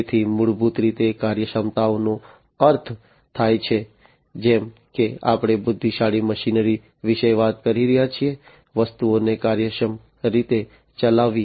તેથી મૂળભૂત રીતે કાર્યક્ષમતાનો અર્થ થાય છે જેમ કે આપણે બુદ્ધિશાળી મશીનરી વિશે વાત કરી રહ્યા છીએ વસ્તુઓને કાર્યક્ષમ રીતે ચલાવવી